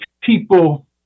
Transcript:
people